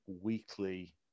weekly